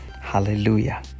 Hallelujah